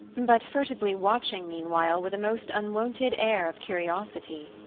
but furtively watching meanwhile with a most unwonted air of curiosity.